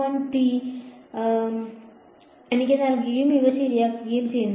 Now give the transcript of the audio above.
എനിക്ക് നൽകുകയും ഇവ ശരിയാക്കുകയും ചെയ്യുന്നു